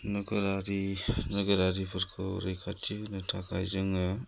नोगोरारि नोगोरारिफोरखौ रैखाथि होनो थाखाय जोङो